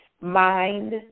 Mind